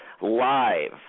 live